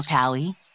Callie